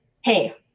hey